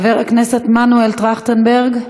חבר הכנסת מנואל טרכטנברג,